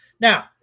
Now